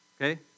Okay